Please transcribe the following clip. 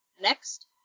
next